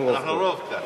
אנחנו רוב פה.